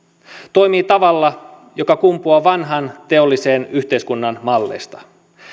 toimii tavalla joka kumpuaa vanhan teollisen yhteiskunnan malleista